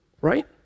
Right